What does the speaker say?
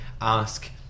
ask